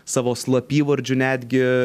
savo slapyvardžių netgi